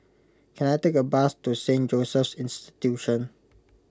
can I take a bus to Saint Joseph's Institution